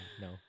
no